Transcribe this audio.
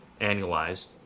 annualized